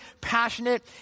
passionate